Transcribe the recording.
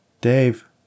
Dave